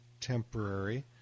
temporary